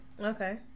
Okay